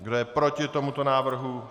Kdo je proti tomuto návrhu?